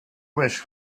wish